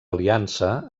aliança